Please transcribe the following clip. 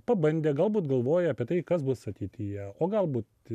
pabandė galbūt galvoja apie tai kas bus ateityje o galbūt